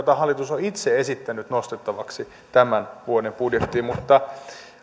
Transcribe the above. joita hallitus on itse esittänyt nostettavaksi tämän vuoden budjettiin